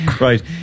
Right